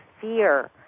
fear